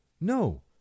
No